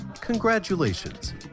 Congratulations